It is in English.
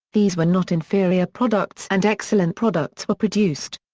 these were not inferior products and excellent products were produced.